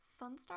Sunstar